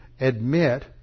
admit